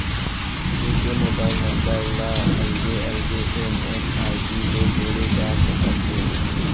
एके mobile number ल अलगे अलगे एम.एम.आई.डी ले जोड़े जा सकत हे